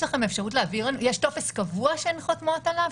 יש טופס קבוע שהן חותמות עליו,